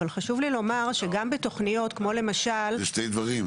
אבל חשוב לי לומר שגם בתוכניות כמו למשל --- זה שני דברים,